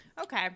Okay